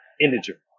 integer